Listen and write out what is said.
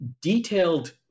detailed